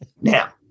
now